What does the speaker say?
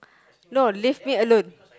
no leave it alone